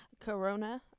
Corona